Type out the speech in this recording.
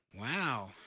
Wow